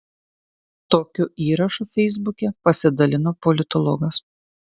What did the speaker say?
tokiu įrašu feisbuke pasidalino politologas